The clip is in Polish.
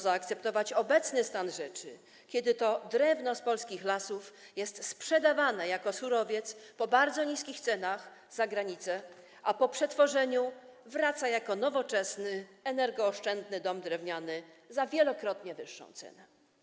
zaakceptować obecny stan rzeczy, kiedy to drewno z polskich lasów jest sprzedawane jako surowiec po bardzo niskich cenach za granicę, a po przetworzeniu wraca jako nowoczesny, energooszczędny dom drewniany mający wielokrotnie wyższą cenę.